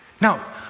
Now